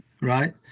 right